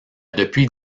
depuis